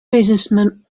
businessmen